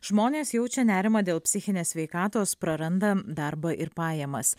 žmonės jaučia nerimą dėl psichinės sveikatos praranda darbą ir pajamas